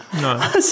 No